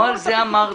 לא על זה דיברתי.